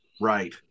Right